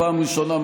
פעם ראשונה.